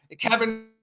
Kevin